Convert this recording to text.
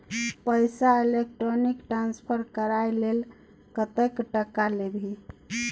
पैसा electronic transfer करय लेल कतेक टका लेबही